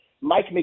Mike